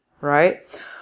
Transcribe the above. right